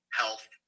health